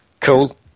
Cool